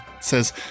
says